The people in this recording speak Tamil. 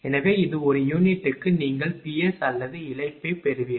எனவே இது ஒரு யூனிட்டுக்கு நீங்கள் Ps அல்லது இழப்பைப் பெறுவீர்கள்